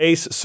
Ace